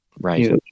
right